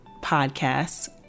podcasts